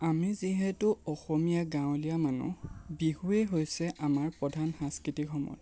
আমি যিহেতু অসমীয়া গাঁৱলীয়া মানুহ বিহুৱেই হৈছে আমাৰ প্ৰধান সাংস্কৃতিক সমল